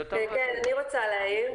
אני רוצה להעיר.